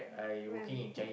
when